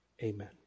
Amen